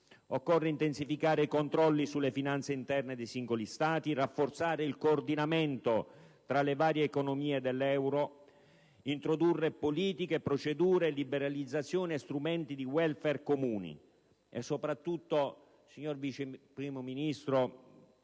Occorre intensificare i controlli sulle finanze interne dei singoli Stati, rafforzare il coordinamento tra le varie economie dell'euro, introdurre politiche e procedure, liberalizzazioni e strumenti di *welfare* comuni. Signor Vice Ministro,